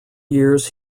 years